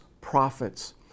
prophets